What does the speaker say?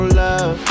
love